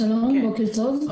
בוקר טוב לכולם.